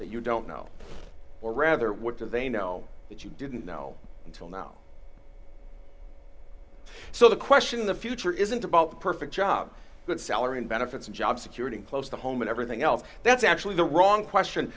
that you don't know or rather what do they know that you didn't know until now so the question in the future isn't about the perfect job but salary and benefits and job security close to home and everything else that's actually the wrong question